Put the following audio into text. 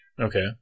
Okay